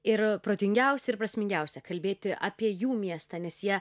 ir protingiausia ir prasmingiausia kalbėti apie jų miestą nes jie